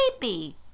baby